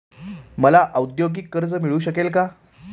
मला औद्योगिक कर्ज मिळू शकेल का?